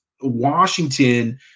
Washington